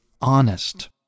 honest